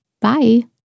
Bye